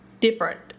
different